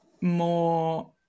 more